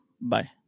Bye